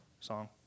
song